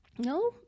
No